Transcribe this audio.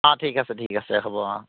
অঁ ঠিক আছে ঠিক আছে হ'ব অঁ